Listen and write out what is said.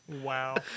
Wow